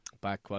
back